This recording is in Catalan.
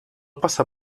passar